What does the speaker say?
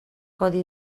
codi